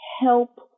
help